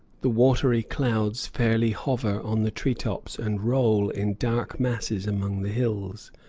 the watery clouds fairly hover on the tree-tops and roll in dark masses among the hills,